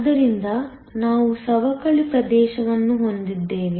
ಆದ್ದರಿಂದ ನಾವು ಸವಕಳಿ ಪ್ರದೇಶವನ್ನು ಹೊಂದಿದ್ದೇವೆ